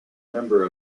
member